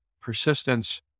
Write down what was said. persistence